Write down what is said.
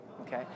Okay